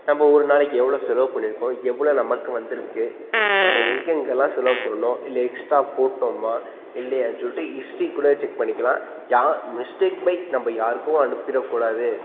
நம்ம ஒரு நாளைக்கு எவ்வளோ செலவு பண்ணியிருக்கோம் எவ்வளோ நமக்கு வந்திருக்கு நம்ம எங்கெங்கல்லாம் செலவு பண்ணிணோம் இல்லை எக்ஸ்ட்ரா போட்டோமா இல்லையான்னு சொல்லிட்டு ஹிஸ்ட்ரி கூட செக் பண்ணிக்கலாம் யா மிஸ்டேக் பை நம்ம யாருக்கோ அனுப்பிடக்கூடாது